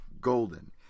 Golden